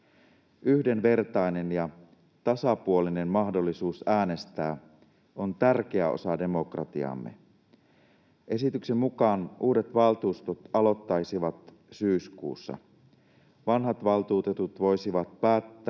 Yhdenvertainen ja tasapuolinen mahdollisuus äänestää on tärkeä osa demokratiaamme. Esityksen mukaan uudet valtuustot aloittaisivat syyskuussa. Vanhat valtuutetut voisivat päättää,